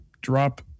drop